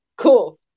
cool